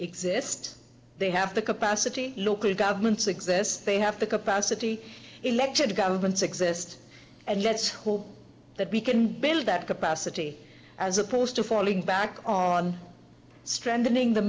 exist they have the capacity local governments exist they have the capacity elected governments exist and let's hope that we can build that capacity as opposed to falling back on strengthening the